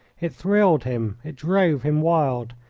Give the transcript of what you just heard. it thrilled him. it drove him wild.